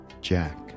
jack